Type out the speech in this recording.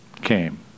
came